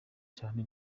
cyane